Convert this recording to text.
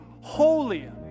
holy